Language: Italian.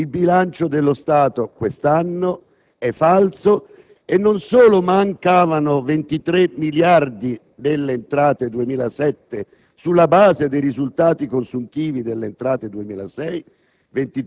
il bilancio dello Stato di quest'anno è falso. Non solo mancavano 23 miliardi delle entrate 2007 sulla base dei risultati consuntivi delle entrate 2006